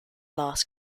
last